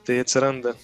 tai atsiranda